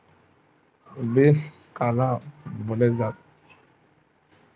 Bill काला बोल थे?